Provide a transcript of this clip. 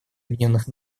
объединенных